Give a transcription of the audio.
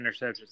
interceptions